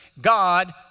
God